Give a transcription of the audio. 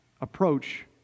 approach